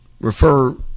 refer